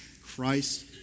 Christ